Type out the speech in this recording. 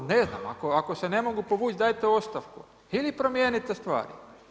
Ako, ne znam, ako se ne mogu povući dajte ostavku ili promijenite stvari.